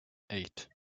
eight